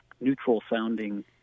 neutral-sounding